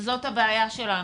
זאת הבעיה שלנו.